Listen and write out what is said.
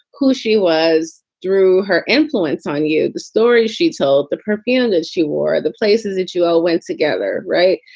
who she was through her influence on you. the story she told the perfume that she wore, the places that you all went together right.